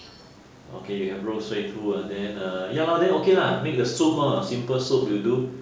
okay we have 肉碎 too and then ya lor then okay lah make the soup ah simple soup will do